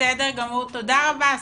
תודה רבה שמחה.